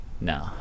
No